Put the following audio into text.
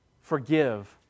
forgive